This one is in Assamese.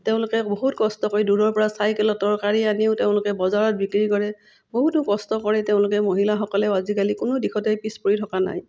তেওঁলোকে বহুত কষ্ট কৰি দূৰৰপৰা চাইকেলত তৰকাৰী আনিও তেওঁলোকে বজাৰত বিক্ৰী কৰে বহুতো কষ্ট কৰে তেওঁলোকে মহিলাসকলেও আজিকালি কোনো দিশতে পিছপৰি থকা নাই